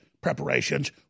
preparations